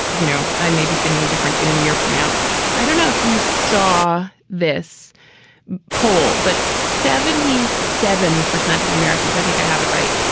you know, i may be singing a different tune a year from now i don't know if you saw this poll, but. seventy seven percent of americans, i think i have it right.